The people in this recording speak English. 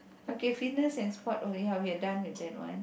okay fitness and sport oh ya we've done with that one